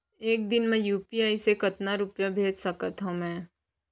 एक दिन म यू.पी.आई से कतना रुपिया भेज सकत हो मैं?